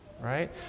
right